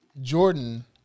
Jordan